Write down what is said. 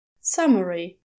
Summary